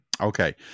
Okay